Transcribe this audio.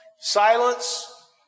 Silence